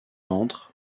entre